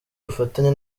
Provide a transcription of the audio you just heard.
ubufatanye